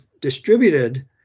distributed